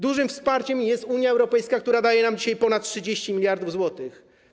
Dużym wsparciem jest Unia Europejska, która daje nam dzisiaj ponad 30 mld zł.